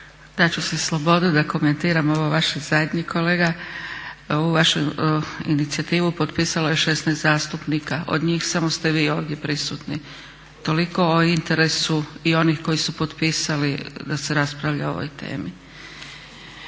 Dati ću si slobodu da komentiram ovo vaše zadnje kolega, ovu vašu inicijativu potpisalo je 16 zastupnika, od njih samo ste vi ovdje prisutni. Toliko o interesu i onih koji su potpisali da se raspravlja o ovoj temi.